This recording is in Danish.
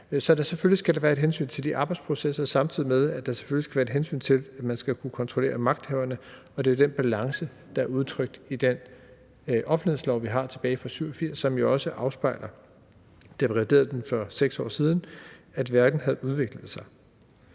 skal selvfølgelig være et hensyn til de arbejdsprocesser, samtidig med at der selvfølgelig skal være et hensyn til, at man skal kunne kontrollere magthaverne. Det er den balance, der er udtrykt i den offentlighedslov, som vi har tilbage fra 1987, og som afspejles i den, der blev revideret for 6 år siden, fordi verden havde udviklet sig.